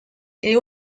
est